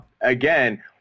Again